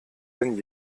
denn